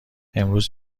امروز